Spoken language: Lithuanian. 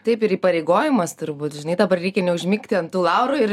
taip ir įpareigojimas turbūt žinai dabar reikia neužmigti ant tų laurų ir